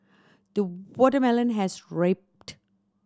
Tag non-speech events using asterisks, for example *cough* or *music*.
the watermelon has *unintelligible*